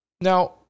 Now